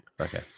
Okay